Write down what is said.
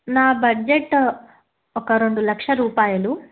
నా బడ్జెట్ ఒక రెండు లక్ష రూపాయలు